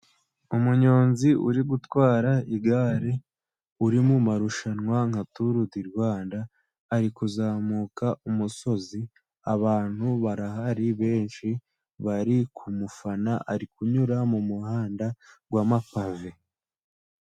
Umunyonzi uri gutwara igare, uri mu marushanwa nka turu di Rwanda, ari kuzamuka umusozi. Abantu barahari benshi, bari kumufana, ari kunyura mu muhanda w'amapave.